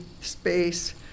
space